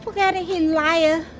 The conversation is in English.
like and him liar